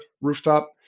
rooftop